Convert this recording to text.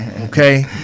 okay